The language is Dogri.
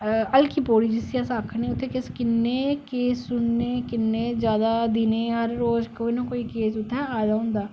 हरकी पौड़ी जिसी अस आकखने उत्थै अस किन्ने केस सुनने गी किन्ने ज्यादा दिने हर रोज कोई ना कोई केस उत्थै आए दा होंदा